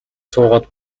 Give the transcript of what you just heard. суугаад